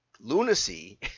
lunacy